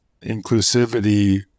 inclusivity